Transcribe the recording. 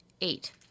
eight